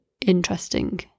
interesting